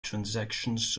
transactions